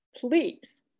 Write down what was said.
Please